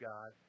God